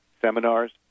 seminars